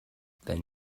then